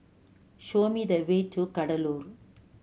show me the way to Kadaloor